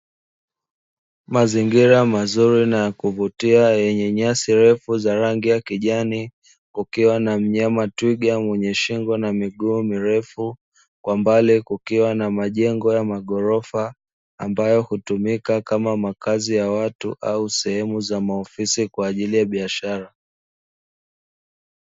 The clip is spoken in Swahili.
Mazingira mazuri na ya kuvutia yenye nyasi refu za rangi ya kijani, kukiwa na mnyama twiga mwenye shingo na miguu mirefu, kwa mbali kukiwa ma majengo ya maghorofa ambayo hutumika kama makazi ya watu, au sehemeu za maofisi kwa ajili ya biashara.